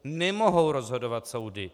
Nemohou rozhodovat soudy!